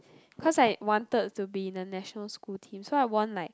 cause I wanted to be in the national school team so I won like